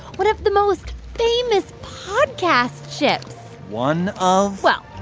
one of the most famous podcast ships one of? well,